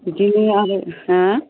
बिदिनो आरो हा